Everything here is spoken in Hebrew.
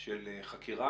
של חקירה,